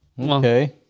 Okay